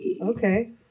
Okay